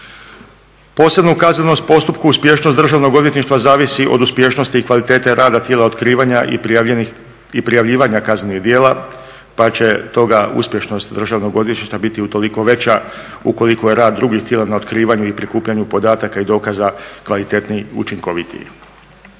Posebno u kaznenom postupku uspješnost Državnog odvjetništva zavisi od uspješnosti i kvalitete rada tijela otkrivanja i prijavljivanja kaznenih djela pa će stoga uspješnost Državnog odvjetništva biti utoliko veća ukoliko je rad drugih tijela na otkrivanju i prikupljanju podataka i dokaza kvalitetniji i učinkovitiji.